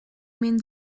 mynd